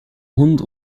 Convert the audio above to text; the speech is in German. hund